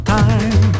time